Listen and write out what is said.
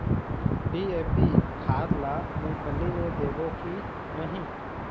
DAP खाद ला मुंगफली मे देबो की नहीं?